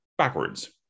backwards